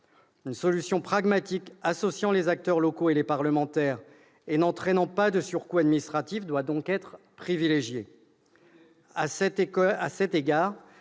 Une solution pragmatique, associant les acteurs locaux et les parlementaires et n'entraînant pas de surcoûts administratifs, doit donc être privilégiée.